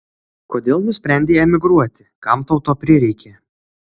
kodėl nusprendei emigruoti kam tau to prireikė